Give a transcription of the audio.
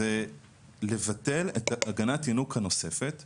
זה לבטל הגנת ינוקא נוספת שנקראת,